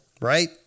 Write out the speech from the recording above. right